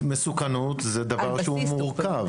מסוכנות זה דבר שהוא מורכב,